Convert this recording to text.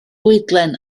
fwydlen